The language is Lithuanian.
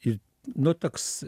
ir nu toks